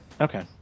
Okay